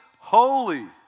holy